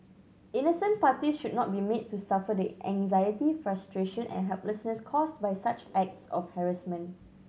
innocent parties should not be made to suffer the anxiety frustration and helplessness caused by such acts of harassment